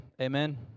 amen